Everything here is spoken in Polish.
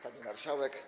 Pani Marszałek!